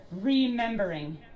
remembering